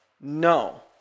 no